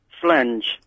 Flange